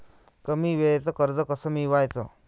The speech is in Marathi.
कमी वेळचं कर्ज कस मिळवाचं?